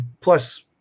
plus